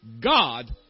God